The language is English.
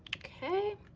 okay.